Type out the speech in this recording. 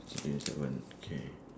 twenty seven okay